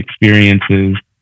experiences